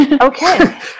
Okay